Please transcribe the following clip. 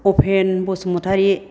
Afen Basumatary